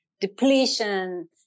depletion